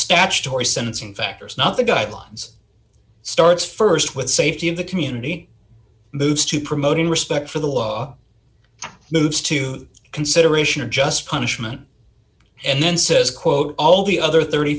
statutory sentencing factors not the guidelines starts st with the safety of the community moves to promoting respect for the law moves to consideration or just punishment and then says quote all the other th